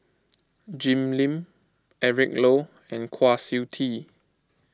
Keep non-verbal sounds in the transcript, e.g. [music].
[noise] Jim Lim Eric Low and Kwa Siew Tee